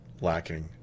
lacking